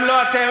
גם לא אתם.